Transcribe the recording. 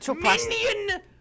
Minion